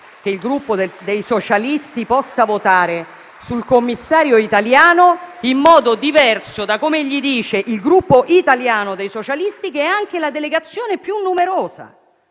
che il Gruppo dei socialisti possa votare sul commissario italiano in modo diverso da come gli dice il Gruppo italiano dei socialisti, che è anche la delegazione più numerosa.